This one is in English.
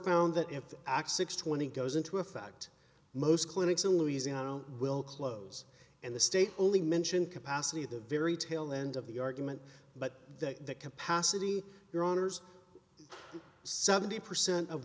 found that if x six twenty goes into effect most clinics in louisiana will close and the state only mention capacity at the very tail end of the argument but that that capacity your honour's seventy percent of